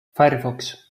firefox